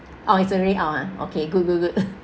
oh it's already out ah okay good good good